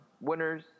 winners